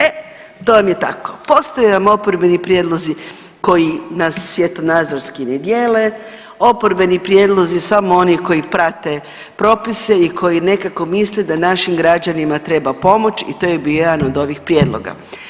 E to vam je tako, postoje vam oporbeni prijedlozi koji nas svjetonazorski ne dijele, oporbeni prijedlozi samo oni koji prate propise i koji nekako misle da našim građanima treba pomoć i to je bio jedan od ovih prijedloga.